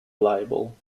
liable